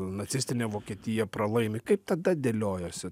nacistinė vokietija pralaimi kaip tada dėliojosi